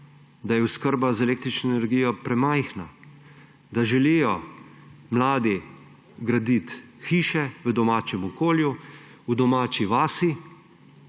Da je oskrba z električno energijo premajhna, da želijo mladi graditi hiše v domačem okolju, v domači vasi